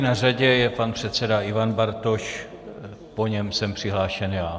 Na řadě je pan předseda Ivan Bartoš, po něm jsem přihlášen já.